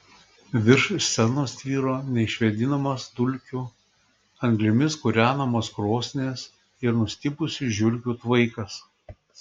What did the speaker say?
virš scenos tvyro neišvėdinamas dulkių anglimis kūrenamos krosnies ir nustipusių žiurkių tvaikas